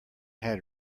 had